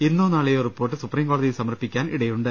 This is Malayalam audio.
ഇന്നോ നാളെയോ റിപ്പോർട്ട് സുപ്രീം കോടതിയിൽ സമർപ്പി ക്കാൻ ഇടയുണ്ട്